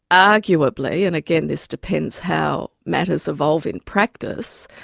arguably, and again this depends how matters evolve in practice,